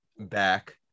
back